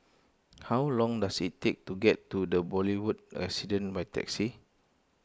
how long does it take to get to the Boulevard Residence by taxi